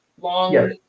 long